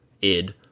id